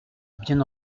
bien